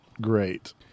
great